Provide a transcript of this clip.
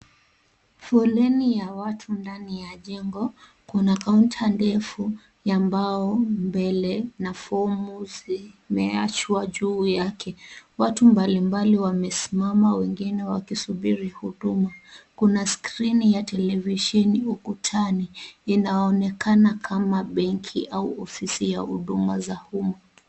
Foleni ya watu ndani ya jengo Kuna counter ndefu ya mbao mbele na fomu zimeachwa juu yake. Watu mbali mbali wamesimama wengine wakisubiri huduma. Kuna screen ya televisheni ukutani, inaonekana kama benki au ofisi ya huduma za uma.